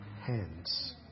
hands